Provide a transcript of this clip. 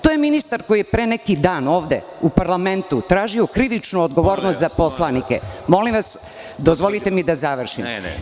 To je ministar koji je pre neki dan ovde u parlamentu tražio krivično odgovornost za poslanike. (Predsedavajući: Vreme.) Molim vas, dozvolite mi da završim.